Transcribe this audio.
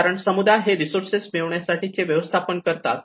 कारण समुदाय हे रिसोर्सेस मिळवण्यासाठी कसे व्यवस्थापन करतात